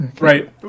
Right